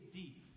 deep